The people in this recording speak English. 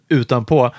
utanpå